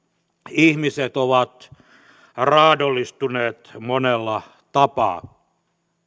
ihmiset ovat raadollistuneet monella tapaa